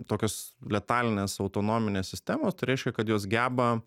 tokios letalinės autonominės sistemos tai reiškia kad jos geba